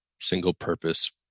single-purpose